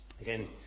again